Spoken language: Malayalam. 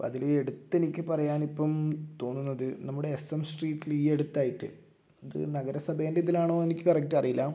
അതിൽ എടുത്ത് എനിക്ക് പറയാൻ ഇപ്പം തോന്നുന്നത് നമ്മുടെ എസ് എം സ്ട്രീറ്റിൽ ഈ അടുത്തായിട്ട് അത് നഗരസഭേൻ്റെ ഇതിലാണോ എനിക്ക് കറക്റ്റ് അറിയില്ല